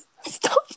Stop